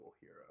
hero